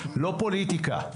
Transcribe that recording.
לא פוליטיקה.